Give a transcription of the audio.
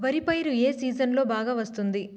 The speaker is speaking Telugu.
వరి పైరు ఏ సీజన్లలో బాగా వస్తుంది